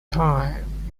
time